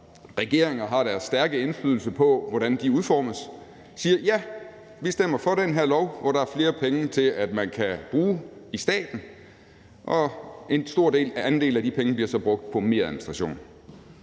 som regeringer har deres stærke indflydelse på hvordan udformes, siger: Ja, vi stemmer for den her lov, hvor der er flere penge, man kan bruge i staten, og en stor andel af de penge bliver så brugt på meradministration.